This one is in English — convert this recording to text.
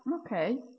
Okay